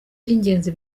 by’ingenzi